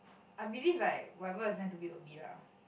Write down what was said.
I believe like whatever it's meant to be will be lah